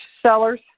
sellers